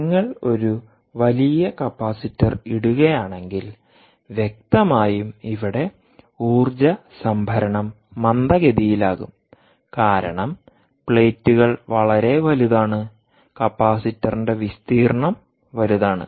നിങ്ങൾ ഒരു വലിയ കപ്പാസിറ്റർ ഇടുകയാണെങ്കിൽ വ്യക്തമായും ഇവിടെ ഊർജ്ജ സംഭരണം മന്ദഗതിയിലാകും കാരണം പ്ലേറ്റുകൾ വളരെ വലുതാണ് കപ്പാസിറ്ററിന്റെ വിസ്തീർണ്ണം വലുതാണ്